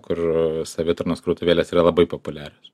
kur savitarnos krautuvėlės yra labai populiarios